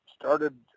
started